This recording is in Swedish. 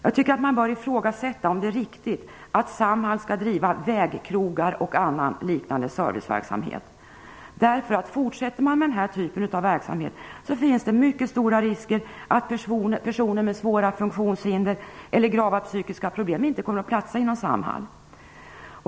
Jag tycker att man bör ifrågasätta om det är riktigt att Samhall skall driva vägkrogar och annan liknande serviceverksamhet. Fortsätter man med den typen av verksamhet finns det mycket stor risk för att personer med svåra funktionshinder eller grava psykiska problem inte kommer att platsa inom Samhall.